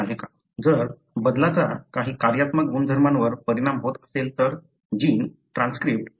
जर बदलाचा काही कार्यात्मक गुणधर्मांवर परिणाम होत असेल तर जीन ट्रान्सक्रिप्ट आणि असेच